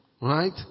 right